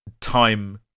Time